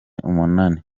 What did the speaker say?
umunani